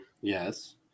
Yes